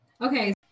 okay